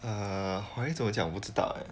err 华语怎么讲我不知道 eh